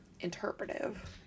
interpretive